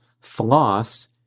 Floss